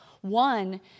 One